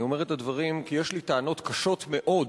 אני אומר את הדברים כי יש לי טענות קשות מאוד,